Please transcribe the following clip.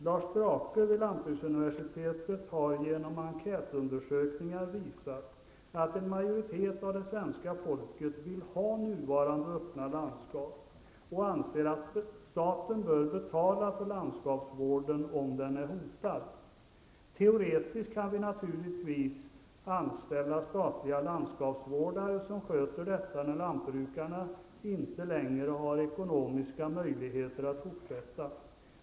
Lars Drake vid lantbruksuniversitetet har genom enkätundersökningar visat att en majoritet av det svenska folket vill ha nuvarande öppna landskap och anser att staten bör betala för landskapsvården om denna är hotad. Teoretiskt är det naturligtvis möjligt att anställa statliga landskapsvårdare, som sköter detta när lantbrukarna inte längre har ekonomiska möjligheter att fortsätta.